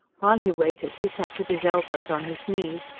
while he waited he sat with his elbows on his knees,